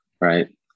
Right